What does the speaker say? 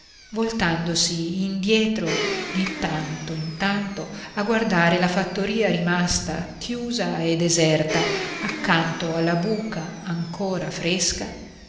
voltandosi indietro di tanto in tanto a guardare la fattoria rimasta chiusa e deserta accanto alla buca ancora fresca